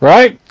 Right